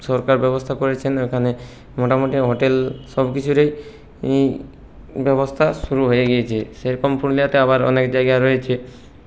সরকার ব্যবস্থা করেছেন এখানে মোটামুটি হোটেল সব কিছুরই ব্যবস্থা শুরু হয়ে গিয়েছে সেরকম পুরুলিয়াতে আবার অনেক জায়গা রয়েছে